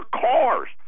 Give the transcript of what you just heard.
cars